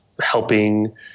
helping